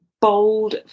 bold